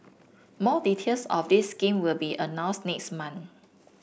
more details of this scheme will be announced next month